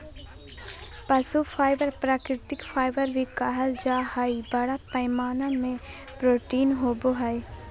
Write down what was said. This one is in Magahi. पशु फाइबर प्राकृतिक फाइबर भी कहल जा हइ, बड़ा पैमाना में प्रोटीन होवो हइ